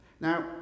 Now